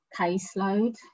caseload